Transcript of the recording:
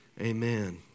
amen